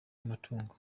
amatungo